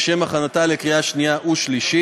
התשע"ו 2016, לשם הכנתה לקריאה שנייה ושלישית.